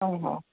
ହଉ ହଉ